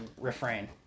Refrain